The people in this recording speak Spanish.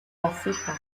vasija